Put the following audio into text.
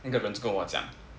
那个人就跟我讲